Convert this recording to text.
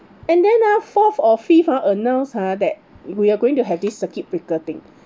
and then ah fourth or fifth ha announced ha that we are going to have this circuit breaker thing